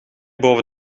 boven